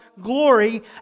glory